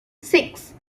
six